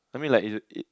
I mean like it it